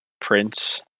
prince